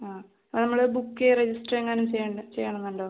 ആ അത് നമ്മൾ ബുക്ക് രജിസ്റ്റർ എങ്ങാനും ചെയ്യേണ്ട ചെയ്യണമെന്നുണ്ടോ